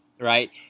Right